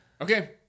Okay